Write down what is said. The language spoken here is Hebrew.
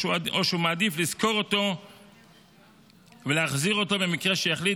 או שהוא מעדיף לשכור אותו ולהחזיר אותו במקרה שיחליט